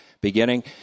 beginning